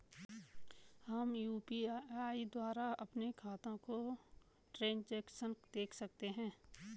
हम यु.पी.आई द्वारा अपने खातों का ट्रैन्ज़ैक्शन देख सकते हैं?